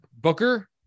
Booker